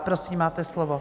Prosím, máte slovo.